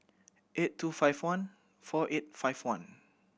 eight two five one four eight five one